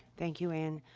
thank you, ann, ah,